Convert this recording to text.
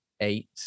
eight